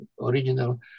original